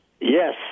Yes